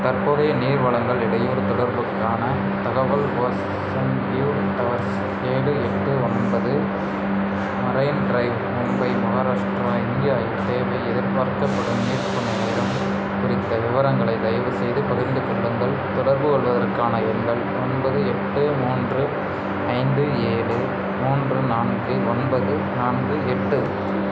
தற்போதைய நீர் வழங்கல் இடையூறு தொடர்புக்கான தகவல் ஓசன்வியூ டவர்ஸ் ஏழு எட்டு ஒன்பது marine drive Mumbai Maharashtra India இல் தேவை எதிர்பார்க்கப்படும் மீட்பு நேரம் குறித்த விவரங்களை தயவுசெய்து பகிர்ந்து கொள்ளுங்கள் தொடர்புகொள்வதற்கான எண்கள் ஒன்பது எட்டு மூன்று ஐந்து ஏழு மூன்று நான்கு ஒன்பது நான்கு எட்டு